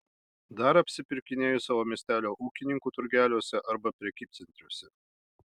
dar apsipirkinėju savo miestelio ūkininkų turgeliuose arba prekybcentriuose